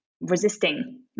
resisting